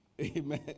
Amen